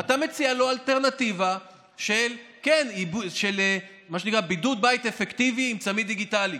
ואתה מציע לו אלטרנטיבה של מה שנקרא בידוד בית אפקטיבי עם צמיד דיגיטלי.